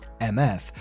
MF